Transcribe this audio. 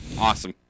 awesome